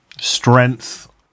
strength